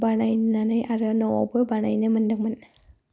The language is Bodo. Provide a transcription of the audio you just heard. बानायनानै आरो न'आवबो बानायनो मोन्दोंमोन